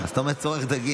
אז אתה אומר צורך דגים.